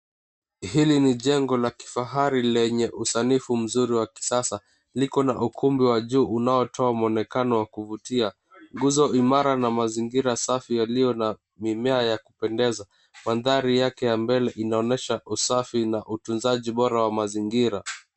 Hili ni jengo la kifahari lenye usanifu mzuri wa kisasa, liko na ukumbi wa ju unaotoa muonekano wa kuvutia nguzo imara na mazingira safi yaliyo na mimea ya kupendeza. Mandhari yake ya mbele inaonyesha usafi na utunzaji bora wa mazingira.